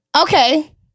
Okay